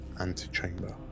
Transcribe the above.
antechamber